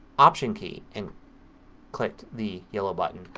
option key and clicked the yellow button.